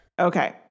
Okay